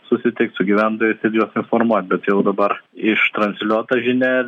susitikt su gyventojais ir juos informuot bet jau dabar ištransliuota žinia